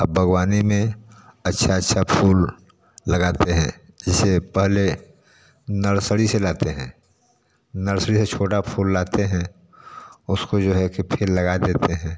अब बागवानी में अच्छा अच्छा फूल लगाते हैं जैसे पहले नरसड़ी से लाते हैं नरसरी से छोटा फूल लाते हैं उसको जो है कि फिर लगा देते हैं